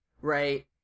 right